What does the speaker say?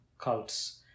cults